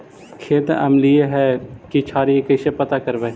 खेत अमलिए है कि क्षारिए इ कैसे पता करबै?